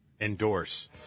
endorse